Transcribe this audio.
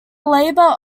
labor